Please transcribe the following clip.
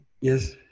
Yes